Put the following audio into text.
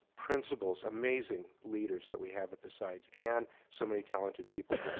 principals, amazing leaders that we have at the site and so many talented people.